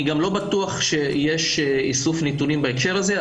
אני גם לא בטוח שיש איסוף נתונים בהקשר הזה,